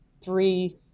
three